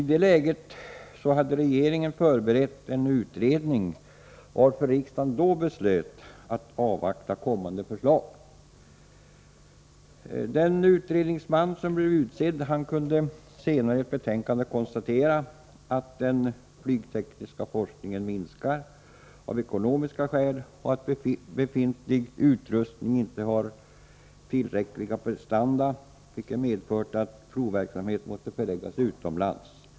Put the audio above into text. I det läget hade regeringen förberett en utredning, varför riksdagen beslöt att avvakta kommande förslag. Den utredningsman som utsågs kunde senare i ett betänkande konstatera att den flygtekniska forskningen minskar av ekonomiska skäl och att befintlig utrustning inte har tillräckliga prestanda, vilket har medfört att provverksamhet måste förläggas utomlands.